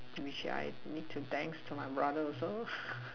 means should I need to thanks to my brother also